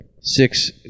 six